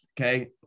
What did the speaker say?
okay